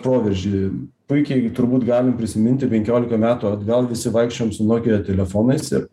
proveržį puikiai turbūt galim prisiminti penkiolika metų atgal visi vaikščiojom su nokia telefonais ir